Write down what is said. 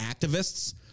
activists